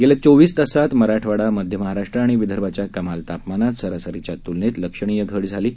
गेल्या चोवीस तासांत मराठवाडा मध्य महाराष्ट्र आणि विदर्भाच्या कमाल तापमानात सरासरीच्या तुलनेत लक्षणीय घट झाली आहे